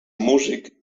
músic